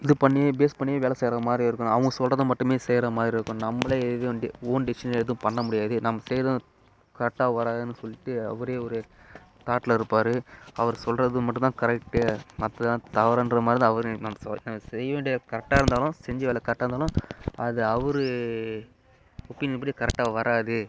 இது பண்ணி பேஸ் பண்ணி வேலை செய்யற மாதிரி இருக்கும் அவங்க சொல்றதை மட்டுமே செய்யற மாதிரி இருக்கும் நம்மளே இது ஓன் டிசிஷன் ஏதும் பண்ணமுடியாது நம்ம செய்யறதும் கரெக்டாகா வராதுன்னு சொல்லிட்டு அவரே ஒரு தாட்டில் இருப்பார் அவரு சொல்லுறது மட்டும்தான் கரெக்டு மற்றது எல்லாம் தவறுன்றமாதிரி தான் அவரு செய்ய வேண்டிய கரெக்டாக இருந்தாலும் செஞ்ச வேலை கரெக்டாக இருந்தாலும் அதை அவரு ஒப்பினியன் படி கரெக்டாக வராது